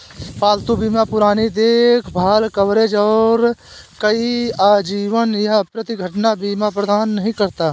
पालतू बीमा पुरानी देखभाल कवरेज और कोई आजीवन या प्रति घटना सीमा प्रदान नहीं करता